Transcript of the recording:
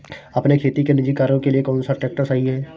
अपने खेती के निजी कार्यों के लिए कौन सा ट्रैक्टर सही है?